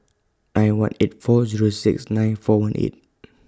nine one eight four Zero six nine four one eight